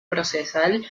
procesal